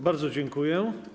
Bardzo dziękuję.